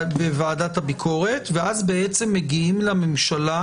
ובוועדת הביקורת ואז מגיעים לממשלה,